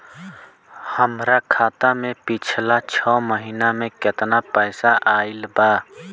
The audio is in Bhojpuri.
हमरा खाता मे पिछला छह महीना मे केतना पैसा आईल बा?